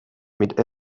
mit